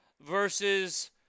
versus